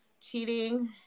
cheating